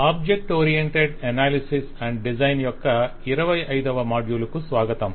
object oriented analysis మరియు design యొక్క 25 వ మాడ్యూల్ కు స్వాగతం